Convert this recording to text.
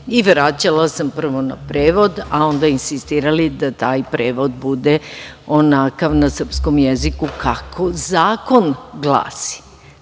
Vraćala sam prvo na prevod, a onda insistirali da taj prevod bude onakav na srpskom jeziku kako zakon glasi. Znači,